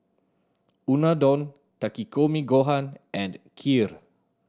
Unadon Takikomi Gohan and Kheer